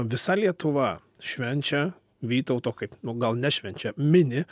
visa lietuva švenčia vytauto kaip nu gal nešvenčia mini